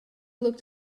looked